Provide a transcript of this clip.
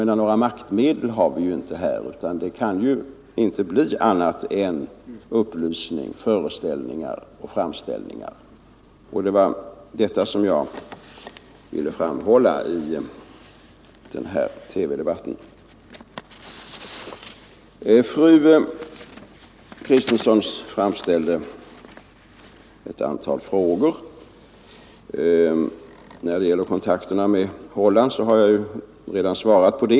Några maktmedel har vi inte här, det kan inte bli fråga om annat än upplysningar, föreställningar och framställningar. Det var detta som jag ville framhålla i TV-debatten. Fru Kristensson framställde ett antal frågor. Den som gällde kontakterna med Holland har jag redan svarat på.